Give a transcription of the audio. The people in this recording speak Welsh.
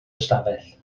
ystafell